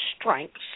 strengths